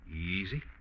Easy